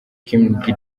king